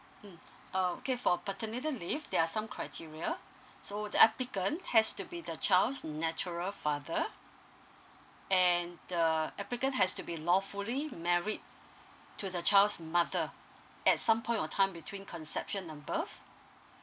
mm oh okay for paternity leave there are some criteria so the applicant has to be the child's natural father and the applicant has to be lawfully married to the child's mother at some point of time between conception above